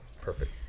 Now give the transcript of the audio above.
Perfect